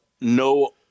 no